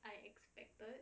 I expected